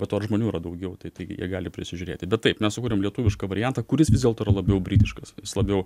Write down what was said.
be to ir žmonių yra daugiau tai taigi jie gali prisižiūrėti bet taip mes sukūrėm lietuvišką variantą kuris vis dėlto yra labiau britiškas jis labiau